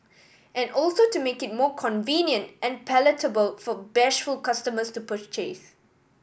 and also to make it more convenient and palatable for bashful customers to purchase